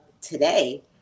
today